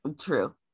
True